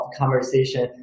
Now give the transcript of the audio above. conversation